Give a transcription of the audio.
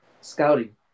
scouting